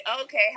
okay